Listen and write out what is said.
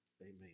Amen